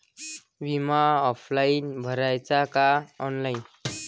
बिमा ऑफलाईन भराचा का ऑनलाईन?